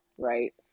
Right